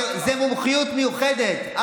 זו מומחיות מיוחדת.